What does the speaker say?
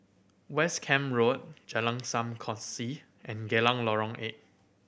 West Camp Road Jalan Sam Kongsi and Geylang Lorong Eight